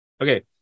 Okay